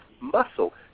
muscle